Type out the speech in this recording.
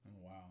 wow